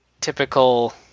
typical